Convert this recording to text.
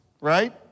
right